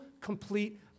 complete